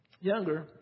younger